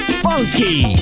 funky